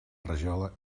rajola